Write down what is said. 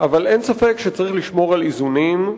אבל אין ספק שצריך לשמור על איזונים,